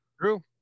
True